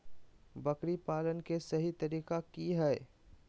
बकरी पालन के सही तरीका की हय?